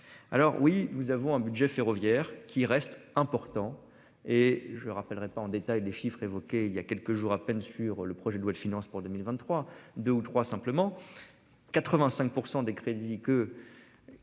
Alors oui, nous avons un budget ferroviaire qui reste important et je le rappellerai pas en détail les chiffres évoqués il y a quelques jours à peine sur le projet de loi de finances pour 2023, 2 ou 3 simplement. 85% des crédits que.